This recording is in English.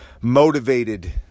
motivated